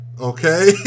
Okay